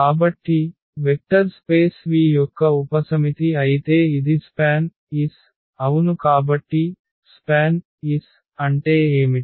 కాబట్టి vector space V యొక్క ఉపసమితి అయితే ఇది SPAN అవును కాబట్టి SPAN అంటే ఏమిటి